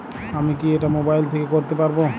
আমি কি এটা মোবাইল থেকে করতে পারবো?